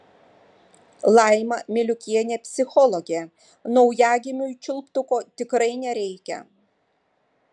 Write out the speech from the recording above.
laima miliukienė psichologė naujagimiui čiulptuko tikrai nereikia